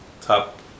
Top